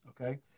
okay